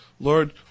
Lord